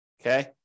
Okay